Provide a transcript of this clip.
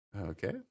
Okay